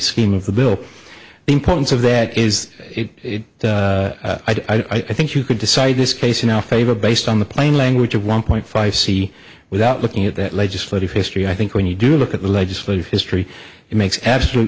scheme of the bill the importance of that is it i think you could decide this case in our favor based on the plain language of one point five c without looking at the legislative history i think when you do look at the legislative history it makes absolute